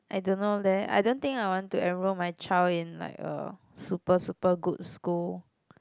I don't know leh I don't think I want to enrol my child in like a super super good school